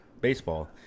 baseball